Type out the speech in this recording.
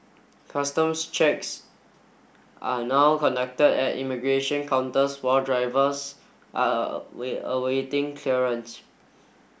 customs checks are now conducted at immigration counters while drivers are awaiting clearance